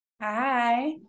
Hi